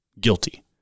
guilty